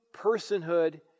personhood